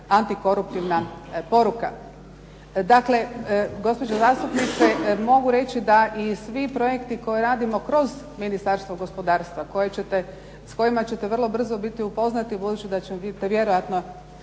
antikoruptivna poruka. Dakle, gospođo zastupnice mogu reći da i svi projekti koje radimo kroz Ministarstvo gospodarstva, s kojima ćete vrlo brzo biti upoznati budući da ćete vjerojatno